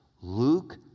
Luke